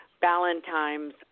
Valentine's